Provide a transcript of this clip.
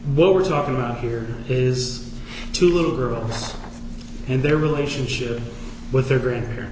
what we're talking about here is two little girls and their release and share with their grandparents